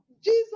Jesus